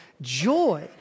joy